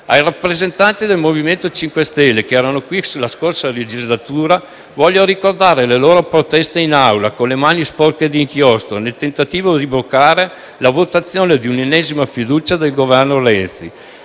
Ai rappresentanti del MoVimento 5 Stelle che erano qui la scorsa legislatura voglio ricordare le loro proteste in Aula, con le mani sporche di inchiostro, nel tentativo di bloccare la votazione di un'ennesima fiducia al Governo Renzi.